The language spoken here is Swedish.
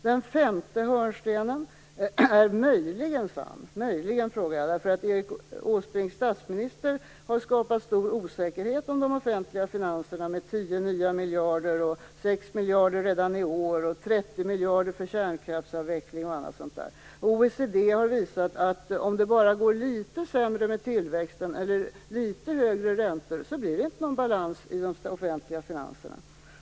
Den femte hörnstenen är möjligen sann. Jag säger möjligen, därför att Erik Åsbrinks statsminister har skapat stor osäkerhet om de offentliga finanserna när han talar om tio nya miljarder, sex miljarder redan i år, 30 miljarder för kärnkraftsavveckling osv. OECD har visat att om tillväxten bara blir litet sämre eller räntorna litet högre blir det inte någon balans i de offentliga finanserna.